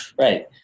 Right